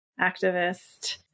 activist